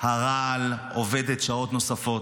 הרעל עובדת שעות נוספות.